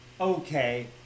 Okay